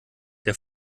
der